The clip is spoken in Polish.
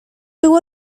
było